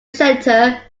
centre